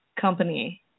company